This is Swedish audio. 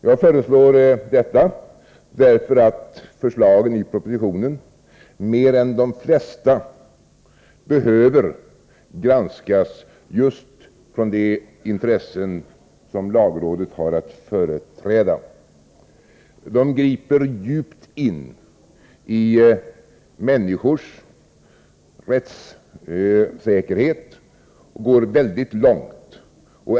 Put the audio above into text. Jag föreslår detta därför att förslagen i propositionen mer än de flesta förslag behöver granskas just med utgångspunkt från de intressen som lagrådet har att företräda. Förslagen griper djupt in i människors rättssäkerhet och går väldigt långt.